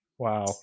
Wow